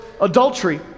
adultery